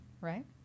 right